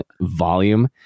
volume